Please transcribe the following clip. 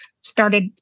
started